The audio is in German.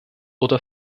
oder